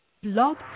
Blog